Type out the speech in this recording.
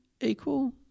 equal